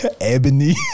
Ebony